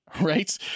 Right